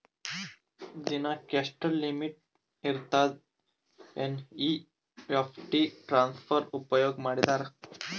ದಿನಕ್ಕ ಎಷ್ಟ ಲಿಮಿಟ್ ಇರತದ ಎನ್.ಇ.ಎಫ್.ಟಿ ಟ್ರಾನ್ಸಫರ್ ಉಪಯೋಗ ಮಾಡಿದರ?